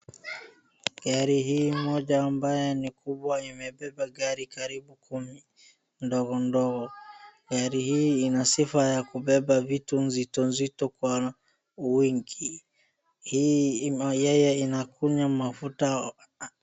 Gari hii moja ambaye ni kubwa imebeba gari karibu kumi ndogo ndogo. Gari hii ina sifa ya kubeba vitu mzito mzito kwa wingi hii naye inakunywa mafuta.